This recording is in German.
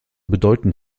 bedeuten